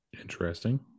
Interesting